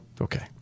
Okay